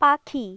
পাখি